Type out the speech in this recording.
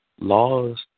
Laws